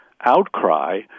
outcry